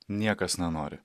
niekas nenori